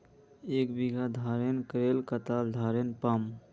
एक बीघा धानेर करले कतला धानेर पाम?